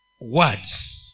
Words